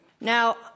Now